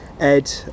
Ed